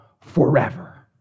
forever